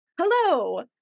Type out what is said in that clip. Hello